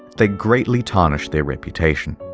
they greatly tarnished their reputation.